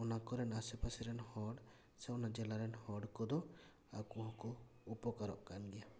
ᱚᱱᱟ ᱠᱚᱨᱮᱱ ᱟᱥᱮ ᱯᱟᱥᱮᱨᱮᱱ ᱦᱚᱲ ᱥᱮ ᱚᱱᱟ ᱡᱮᱞᱟ ᱨᱮᱱ ᱦᱚᱲ ᱠᱚᱫᱚ ᱟᱠᱚ ᱠᱚ ᱦᱚᱸᱠᱚ ᱩᱯᱚᱠᱟᱨᱚᱜ ᱠᱟᱱ ᱜᱮᱭᱟ